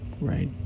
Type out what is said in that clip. right